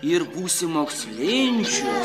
ir būsi mokslinčius